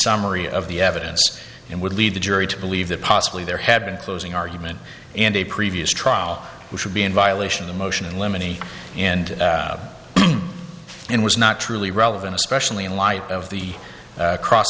summary of the evidence and would lead the jury to believe that possibly there had been closing argument and a previous trial which would be in violation of the motion in lemony and it was not truly relevant especially in light of the cross